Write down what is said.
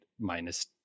minus